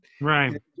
right